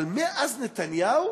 אבל מאז נתניהו